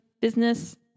business